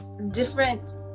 different